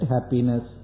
Happiness